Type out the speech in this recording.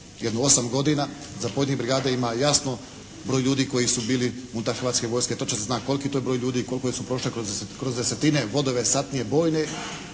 jedno osam godina. Zapovjednik brigade ima jasno broj ljudi koji su bili unutar hrvatske vojske. Točno se zna koliki je to broj ljudi i koliko ih je prošlo kroz desetine, vodove, satnije, bojne.